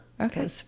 Okay